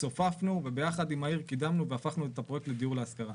צופפנו ויחד עם העיר קידמנו והפכנו את הפרויקט לדיור להשכרה.